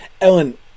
Ellen